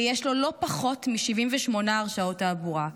ויש לו לא פחות מ-78 הרשעות תעבורה.